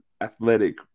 athletic